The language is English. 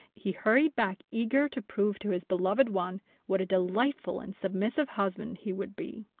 he hurried back eager to prove to his beloved one what a delightful and submissive husband he would be.